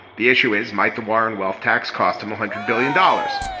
the issue is might the warren wealth tax cost him a hundred billion dollars.